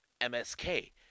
MSK